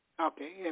Okay